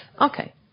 Okay